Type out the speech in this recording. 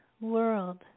world